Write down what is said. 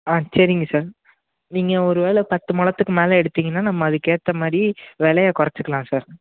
ஆ சரிங்க சார் நீங்கள் ஒரு வேலை பத்து முழத்துக்கு மேலே எடுத்தீங்கன்னா நம்ம அதுக்க ஏற்ற மாதிரி விலைய குறச்சிக்கலாம் சார்